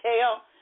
tell